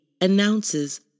announces